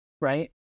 right